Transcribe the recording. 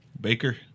Baker